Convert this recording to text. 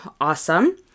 awesome